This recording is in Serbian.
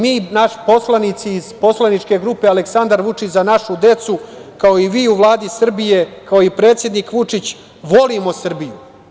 Mi, poslanici iz poslaničke grupe „Aleksandar Vučić – Za našu decu“, kao i vi u Vladi Srbije, kao i predsednik Vučić volimo Srbiju.